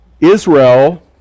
Israel